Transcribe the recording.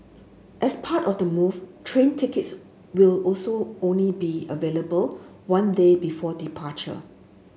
as part of the move train tickets will also only be available one day before departure